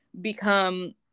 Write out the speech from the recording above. become